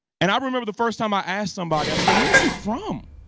and i remember the first time i asked somebody, i said, where is he from?